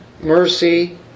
mercy